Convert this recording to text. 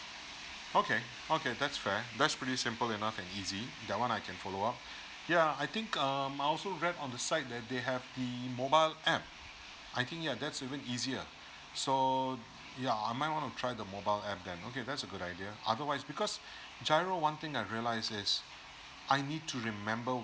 okay okay that's fair that's pretty simple enough and easy that one I can follow up yeah I think um I also read on the side that they have the mobile app I think ya that's even easier so yeah I might wanna try the mobile app then okay that's a good idea otherwise because giro one thing I realize is I need to remember